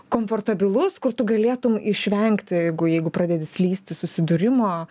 komfortabilus kur tu galėtum išvengti jeigu jeigu pradedi slysti susidūrimo